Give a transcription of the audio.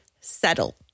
settle